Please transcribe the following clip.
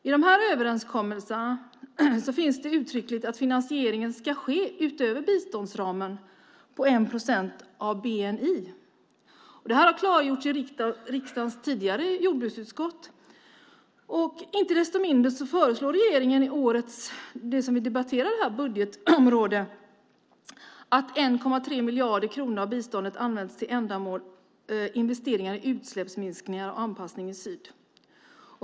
I dessa överenskommelser står det uttryckligt att finansieringen ska ske utöver biståndsramen på 1 procent av bni. Det har klargjorts i riksdagens tidigare jordbruksutskott. Inte desto mindre föreslår regeringen i årets budgetförslag för det område vi debatterar 1,3 miljarder för investeringar i utsläppsminskningar och anpassningar i syd.